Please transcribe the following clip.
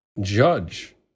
judge